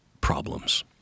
problems